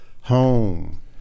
home